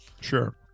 Sure